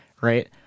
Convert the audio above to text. right